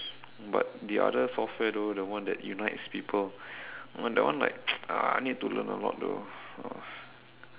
but the other software though the one that unites people one that one like ah need to learn a lot though